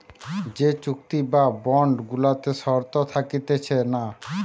যে চুক্তি বা বন্ড গুলাতে শর্ত থাকতিছে না